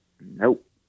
Nope